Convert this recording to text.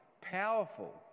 powerful